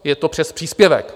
Je to přes příspěvek.